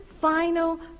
final